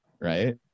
Right